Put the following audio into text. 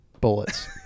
bullets